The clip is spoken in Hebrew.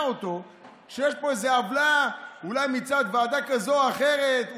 אותו שיש פה איזו עוולה אולי מצד ועדה כזו או אחרת,